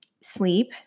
Sleep